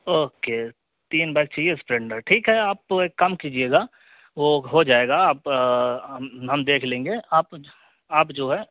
okay تین bike چاہیے Splendor ٹھیک ہے آپ ایک کام کیجیے گا وہ ہو جائے گا آپ ہم دیکھ لیں گے آپ آپ جو ہے